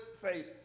faith